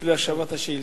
להשבה על שאילתות.